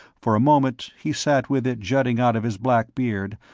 for a moment, he sat with it jutting out of his black beard,